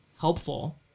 helpful